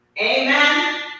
Amen